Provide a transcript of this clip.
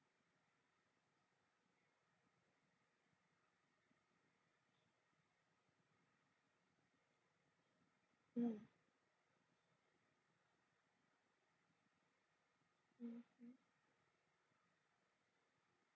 mm